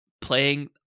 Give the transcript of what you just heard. playing